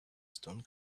stone